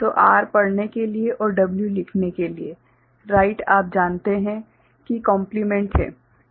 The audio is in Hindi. तो R पढ़ने के लिए और W लिखने के लिए राइट आप जानते हैं कि कोम्प्लेमेंट है